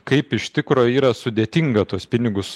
kaip iš tikro yra sudėtinga tuos pinigus